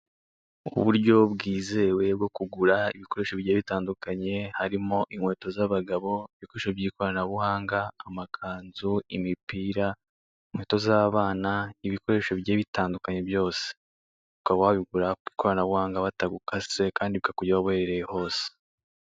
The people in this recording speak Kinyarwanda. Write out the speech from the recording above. Uburyo bwizewe bwo kugura ibikoresho bigiye bitandukanye harimo inkweto z'abagabo, ibikoresho by'ikoranabuhanga, amakanzu, imipira, inkweto z'abana ibikoresho bigiye bitandukanye byose. Ukaba wabigura ku ikoranabuhanga batagukase kandi bikakugeraho aho uherereye hose.